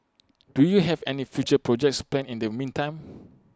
do you have any future projects planned in the meantime